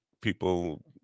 People